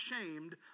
ashamed